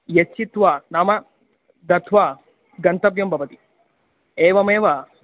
यच्चित्वा नाम दत्वा गन्तव्यं भवति एवमेव